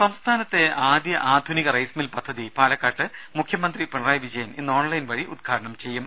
രുമ സംസ്ഥാനത്തെ ആദ്യ ആധുനിക റൈസ്മിൽ പദ്ധതി പാലക്കാട്ട് മുഖ്യമന്ത്രി പിണറായി വിജയൻ ഇന്ന് ഓൺലൈൻ വഴി ഉദ്ഘാടനം ചെയ്യും